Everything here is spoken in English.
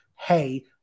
hey